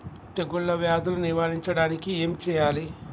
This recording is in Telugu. తెగుళ్ళ వ్యాధులు నివారించడానికి ఏం చేయాలి?